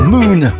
Moon